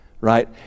right